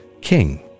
king